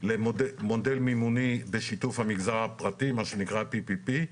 מודל מימוני בשיתוף המגזר הפרטי, מה שנקרא PPP,